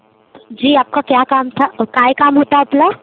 जी आपका क्या काम था काय काम होतं आपलं